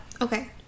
Okay